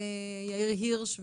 ליאיר הירש,